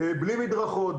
בלי מדרכות,